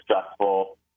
stressful